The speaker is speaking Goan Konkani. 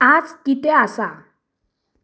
आयज कितें आसा